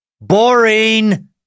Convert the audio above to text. Boring